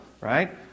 right